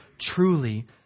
truly